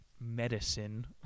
medicine